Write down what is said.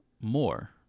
more